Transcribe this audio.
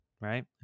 Right